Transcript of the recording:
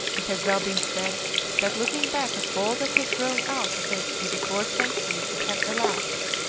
it has well been said that, looking back at all that has grown out of it in the four centuries that have elapsed,